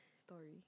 story